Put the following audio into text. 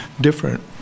different